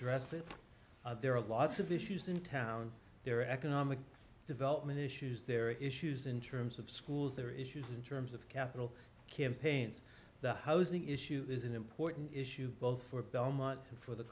address it there are lots of issues in town there are economic development issues there are issues in terms of schools there are issues in terms of capital campaigns the housing issue is an important issue both for belmont and for the